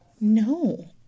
No